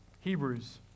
Hebrews